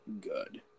good